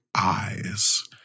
eyes